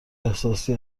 احساسی